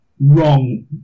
wrong